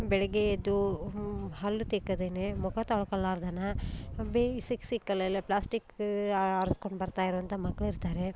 ಬೆಳಗ್ಗೆ ಎದ್ದು ಹಲ್ಲು ತಿಕ್ಕದೆಯೇ ಮುಖ ತೊಳ್ಕೊಳ್ಲಾರ್ದೆನೆ ಬೇಯಿ ಸಿಕ್ ಸಿಕ್ಕಲೆಲ್ಲ ಪ್ಲ್ಯಾಸ್ಟಿಕ್ ಆರ್ಸ್ಕೊಂಡು ಬರ್ತಾ ಇರುವಂಥ ಮಕ್ಳು ಇರ್ತಾರೆ